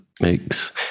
makes